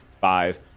five